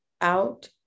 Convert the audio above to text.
out